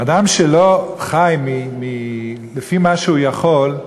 אדם שלא חי לפי מה שהוא יכול,